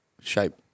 shape